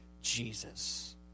jesus